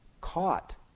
caught